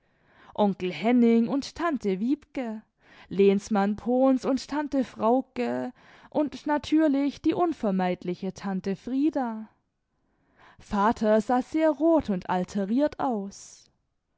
onkel henning und tante wiebke lehnsmann pohns und tante frauke und natürlich die unvermeidliche tante frieda vater sah sehr rot und alteriert aus